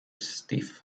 stiff